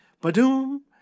ba-doom